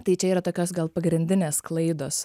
tai čia yra tokios gal pagrindinės klaidos